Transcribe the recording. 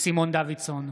סימון דוידסון,